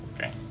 Okay